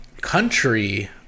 Country